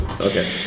okay